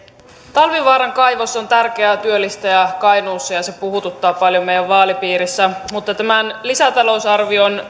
talvivaaran kaivos on tärkeä työllistäjä kainuussa ja ja se puhuttaa paljon meidän vaalipiirissämme mutta tämän lisätalousarvion